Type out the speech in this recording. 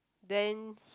then